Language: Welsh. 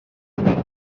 arni